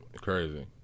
crazy